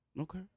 Okay